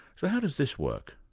so how does this work?